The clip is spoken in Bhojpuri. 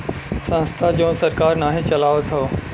संस्था जवन सरकार नाही चलावत हौ